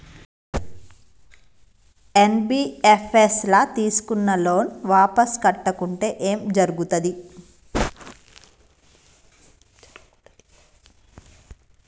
NBFS ల తీస్కున్న loan వాపస్ కట్టకుంటే ఏం జర్గుతది?